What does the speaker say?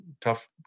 tough